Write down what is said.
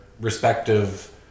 respective